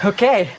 Okay